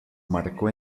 marcó